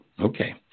Okay